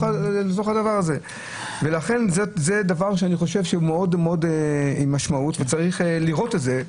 דבר שאני חושב שיש לו משמעות וצריך לראות את זה,